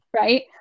right